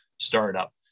startup